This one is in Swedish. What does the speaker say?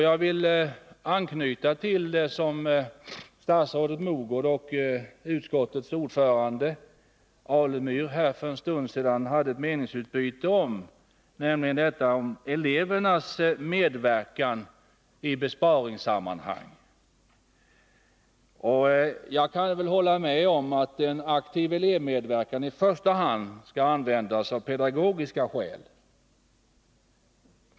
Jag vill anknyta till det meningsutbyte som statsrådet Mogård och utskottets ordförande Stig Alemyr för en stund sedan hade om elevernas medverkan i besparingssammanhang. Jag kan hålla med om att en aktiv elevmedverkan skall komma till stånd i första hand av pedagogiska skäl.